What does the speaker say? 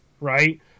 right